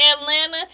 Atlanta